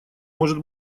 может